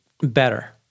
better